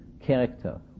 character